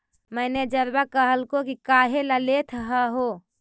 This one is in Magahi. मैनेजरवा कहलको कि काहेला लेथ हहो?